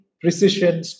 precision